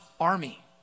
army